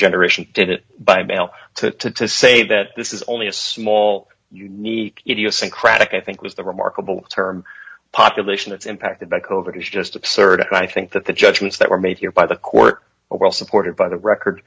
generation did it by mail to say that this is only a small unique idiosyncratic i think was the remarkable term population that's impacted by covert is just absurd and i think that the judgments that were made here by the court well supported by the record